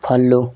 follow